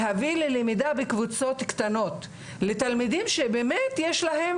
להביא ללמידה בקבוצות קטנות לתלמידים שבאמת יש להם